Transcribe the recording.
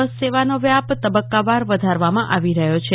બસ સેવા નો વ્યાપ તબકકાવાર વધારવા માં આવી રહથો છે